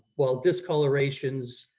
well, discolorations,